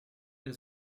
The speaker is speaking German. der